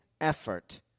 effort